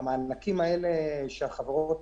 המענקים האלה שהחברות,